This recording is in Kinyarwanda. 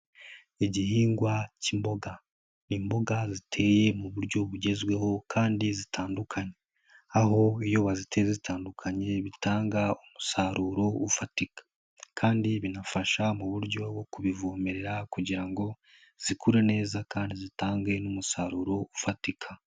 Igihingwa k'imboga, imboga ziteye mu buryo bugezweho kandi zitandukanye, aho iyo waziteye zitandukanye bitanga umusaruro ufatika kandi binafasha mu buryo bwo kubivomerera kugira ngo zikure neza kandi zitange n'umusaruro ufatika.